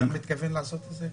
אתה גם מתכוון לעשות את זה?